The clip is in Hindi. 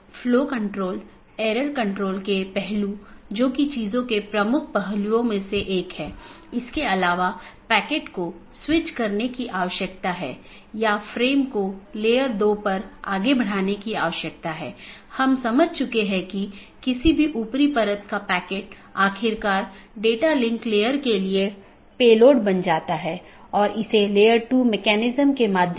यदि आप पिछले लेक्चरों को याद करें तो हमने दो चीजों पर चर्चा की थी एक इंटीरियर राउटिंग प्रोटोकॉल जो ऑटॉनमस सिस्टमों के भीतर हैं और दूसरा बाहरी राउटिंग प्रोटोकॉल जो दो या उससे अधिक ऑटॉनमस सिस्टमो के बीच है